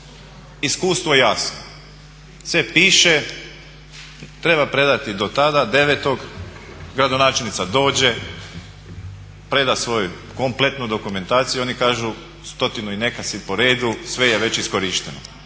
Iskustvo jasno sve piše, treba predati do tada 9., gradonačelnica dođe, preda svoju kompletnu dokumentaciju i oni kažu stotinu i neka si po redu, sve je već iskorišteno.